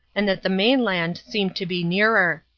and that the mainland seemed to be nearer.